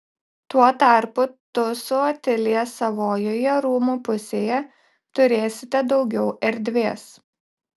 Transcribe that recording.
tuo tarpu tu su otilija savojoje rūmų pusėje turėsite daugiau erdvės